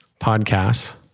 podcasts